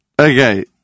Okay